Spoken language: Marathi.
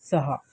सहा